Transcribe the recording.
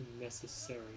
necessary